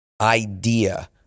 idea